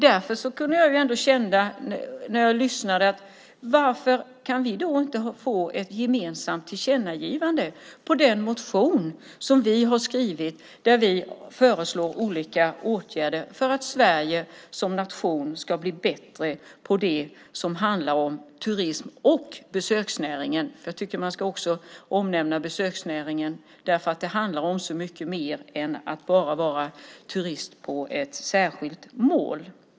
Därför kunde jag ändå känna när jag lyssnade, att varför kan vi då inte få ett gemensamt tillkännagivande på den motion som vi har skrivit där vi föreslår olika åtgärder för att Sverige som nation ska bli bättre på det som handlar om turism och besöksnäringen? Jag tycker att man också ska omnämna besöksnäringen, för det handlar om så mycket mer än att bara vara turist på ett särskilt mål.